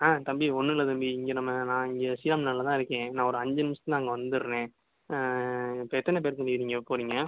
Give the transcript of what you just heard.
ஆ தம்பி ஒன்றும் இல்லை தம்பி இங்கே நம்ம நான் இங்கே ஸ்ரீராம் நகரில் தான் இருக்கேன் இன்னும் ஒரு அஞ்சு நிமிஷத்துல நான் அங்கே வந்துடுறேன் இப்போ எத்தனை பேர் தம்பி நீங்கள் போகிறீங்க